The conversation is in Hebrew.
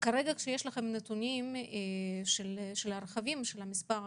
כשיש לכם נתונים של מספר הרכבים,